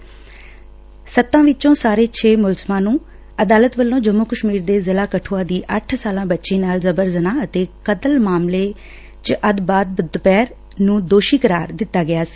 ਅਦਾਲਤ ਵੱਲੋ ਸੱਤਾ ਵਿਚੋ ਸਾਰੇ ਛੇ ਮੁਲਜਮਾ ਨੂੰ ਜੰਮੁ ਕਸ਼ਮੀਰ ਦੇ ਜ਼ਿਲ੍ਹਾ ਕਨੂਆ ਦੀ ਅੱਠ ਸਾਲਾ ਬੱਚੀ ਨਾਲ ਜਬਰ ਜਨਾਹ ਅਤੇ ਕਤਲ ਮਾਮਲੇ ਚ ਅੱਜ ਬਾਅਦ ਦੁਪਹਿਰ ਨੂੰ ਦੋਸ਼ੀ ਕਰਾਰ ਦਿੱਤਾ ਸੀ